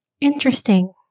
interesting